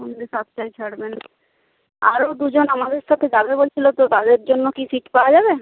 সন্ধ্যে সাতটায় ছাড়বেন আরও দুজন আমাদের সাথে যাবে বলছিল তো তাদের জন্য কি সিট পাওয়া যাবে